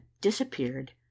disappeared